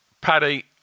Paddy